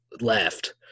left